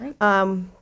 Right